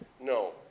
no